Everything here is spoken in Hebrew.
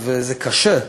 וזה קשה.